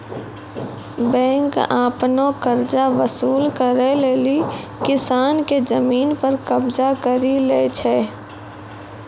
bank आपनो कर्जा वसुल करै लेली किसान के जमिन पर कबजा करि लै छै